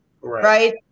Right